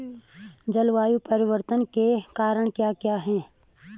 जलवायु परिवर्तन के कारण क्या क्या हैं?